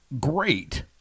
Great